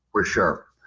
for sure.